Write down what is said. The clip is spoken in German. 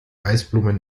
eisblumen